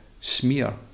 smear